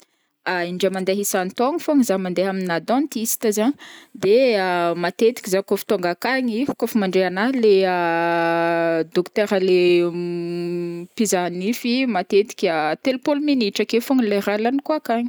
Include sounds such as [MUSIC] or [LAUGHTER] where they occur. [HESITATION] In-dray mandeha isan-taogno fogna zah mandeha amina dentiste zaigny, de [HESITATION] matetiky zah kaofa tonga akagny, kaofa mandray anahy leha [HESITATION] dôkotera le [HESITATION] mpizaha nify matetika [HESITATION] telopôlo minitra akeo fogna lera laniko akagny.